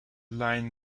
line